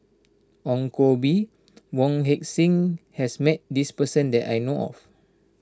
Ong Koh Bee Wong Heck Sing has met this person that I know of